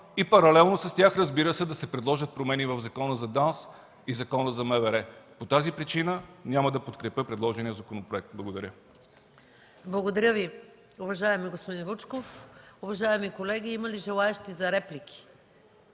и паралелно с тях, разбира се, да се предложат промени в Закона за ДАНС и в Закона за МВР. По тази причина няма да подкрепя предложения законопроект. Благодаря. ПРЕДСЕДАТЕЛ МАЯ МАНОЛОВА: Благодаря Ви, уважаеми господин Вучков. Уважаеми колеги, има ли желаещи за реплики